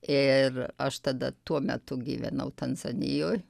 ir aš tada tuo metu gyvenau tanzanijoj